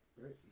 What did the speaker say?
Right